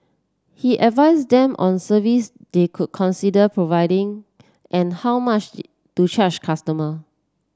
he advised them on service they could consider providing and how much to charge customer